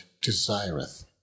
desireth